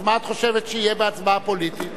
אז מה את חושבת שיהיה בהצבעה פוליטית?